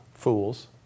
fools